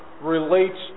relates